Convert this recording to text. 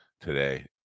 today